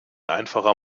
einfacher